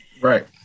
right